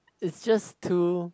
it just to